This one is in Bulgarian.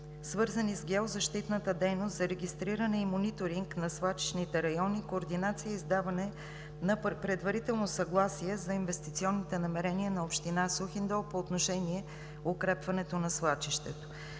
свързани с геозащитната дейност за регистриране и мониторинг на свлачищните райони, координация и издаване на предварително съгласие за инвестиционните намерения на община Сухиндол по отношение укрепването на свлачището.